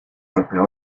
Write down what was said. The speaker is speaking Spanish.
golpeó